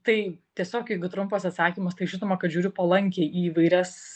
tai tiesiog jeigu trumpas atsakymas tai žinoma kad žiūriu palankiai į įvairias